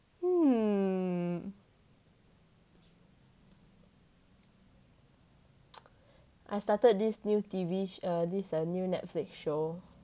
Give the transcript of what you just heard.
hmm I started this new T_V uh this er new netflix show